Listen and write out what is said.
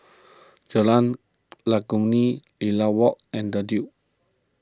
Jalan Legundi Lilac Walk and the Duke